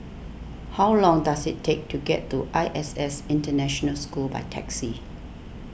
how long does it take to get to I S S International School by taxi